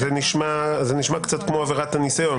זה נשמע כמו עבירת הניסיון.